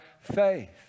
faith